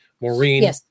Maureen